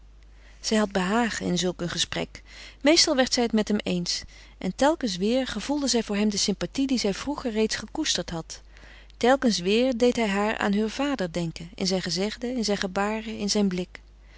zij had behagen in zulk een gesprek meestal werd zij het met hem eens en telkens weêr gevoelde zij voor hem de sympathie die zij vroeger reeds gekoesterd had telkens weêr deed hij haar aan heur vader denken in zijn gezegden in zijn gebaren in zijn blik